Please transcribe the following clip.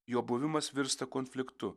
jo buvimas virsta konfliktu